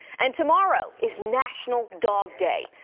and tomorrow is national dog day.